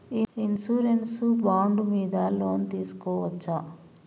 Insurance bond మీద loan తీస్కొవచ్చా?